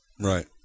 Right